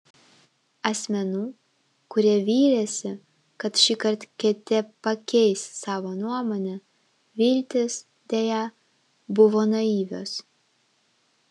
asmenų kurie vylėsi kad šįkart kt pakeis savo nuomonę viltys deja buvo naivios